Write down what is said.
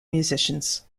musicians